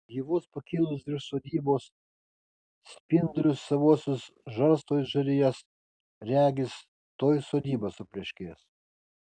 ji vos pakilus virš sodybos spindulius savuosius žarsto it žarijas regis tuoj sodyba supleškės